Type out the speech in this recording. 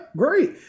great